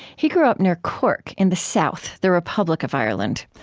he grew up near cork in the south, the republic of ireland.